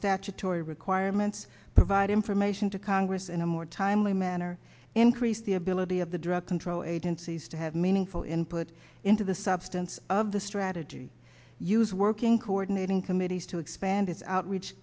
statutory requirements provide information to congress in a more timely manner increase the ability of the drug control agencies to have meaningful input into the substance of the strategy use working coordinating committees to expand its outreach